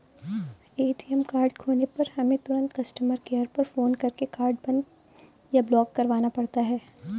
ATM card खोने पर हमें तुरंत कस्टमर केयर पर फ़ोन करके कार्ड बंद या ब्लॉक करवाना पड़ता है